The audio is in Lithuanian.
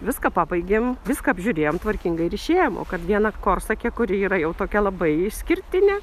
viską pabaigėm viską apžiūrėjom tvarkingai ir išėjom o kad viena korsakė kuri yra jau tokia labai išskirtinė